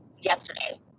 yesterday